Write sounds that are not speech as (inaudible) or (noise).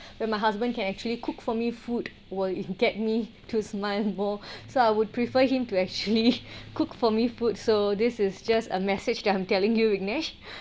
when my husband can actually cook for me food will it get me to smile more (breath) so I would prefer him to actually (laughs) cook for me food so this is just a message that I'm telling you viknesh